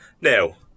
Now